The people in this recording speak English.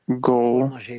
goal